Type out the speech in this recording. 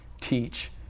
teach